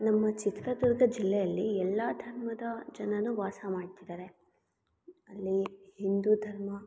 ನಮ್ಮ ಚಿತ್ರದುರ್ಗ ಜಿಲ್ಲೆಯಲ್ಲಿ ಎಲ್ಲ ಧರ್ಮದ ಜನರು ವಾಸ ಮಾಡ್ತಿದ್ದಾರೆ ಅಲ್ಲಿ ಹಿಂದೂ ಧರ್ಮ